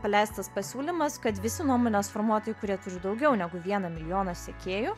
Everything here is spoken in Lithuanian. paleistas pasiūlymas kad visi nuomonės formuotojai kurie turi daugiau negu vieną milijoną sekėjų